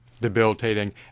debilitating